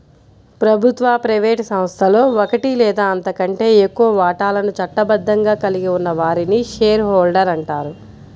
ప్రభుత్వ, ప్రైవేట్ సంస్థలో ఒకటి లేదా అంతకంటే ఎక్కువ వాటాలను చట్టబద్ధంగా కలిగి ఉన్న వారిని షేర్ హోల్డర్ అంటారు